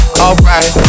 alright